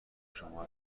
شما